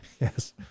yes